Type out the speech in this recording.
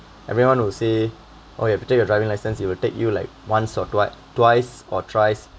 everyone will say oh you have to take your driving license you will take you like once or twi~ twice or thrice